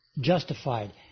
justified